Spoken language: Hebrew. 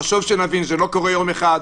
חשוב שנבין, זה לא קורה יום אחד,